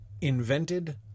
invented